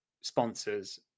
sponsors